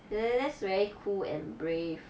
that's very cool and brave